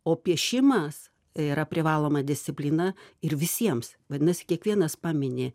o piešimas yra privaloma disciplina ir visiems vadinasi kiekvienas pamini